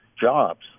jobs